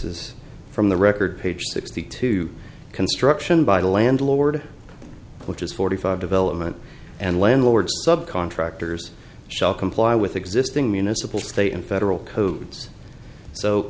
is from the record page sixty two construction by the landlord which is forty five development and landlords subcontractors shall comply with existing municipal state and for real codes so